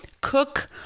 cook